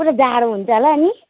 पुरा जाडो हुन्छ होला नि